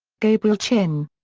gabriel chin.